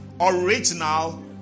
original